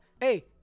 Hey